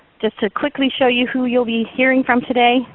just to quickly show you who you'll be hearing from today,